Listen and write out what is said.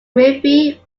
movie